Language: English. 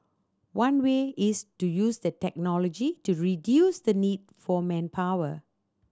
one way is to use the technology to reduce the need for manpower